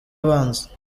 abanza